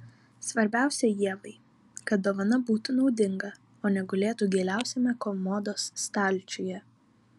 svarbiausia ievai kad dovana būtų naudinga o ne gulėtų giliausiame komodos stalčiuje